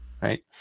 right